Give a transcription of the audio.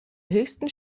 höchsten